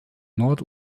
nord